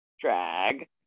drag